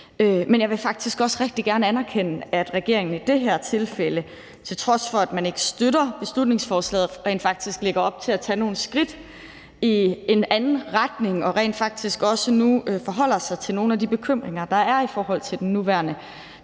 men jeg vil faktisk også rigtig gerne anerkende, at regeringen i det her tilfælde, til trods for at man ikke støtter beslutningsforslaget, rent faktisk lægger op til at tage nogle skridt i en anden retning og nu forholder sig til nogle af de bekymringer, der er i forhold til den nuværende definition